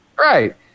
right